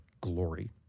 glory